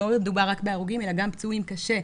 לא מדובר רק בהרוגים אלא גם פצועים קשה,